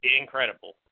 incredible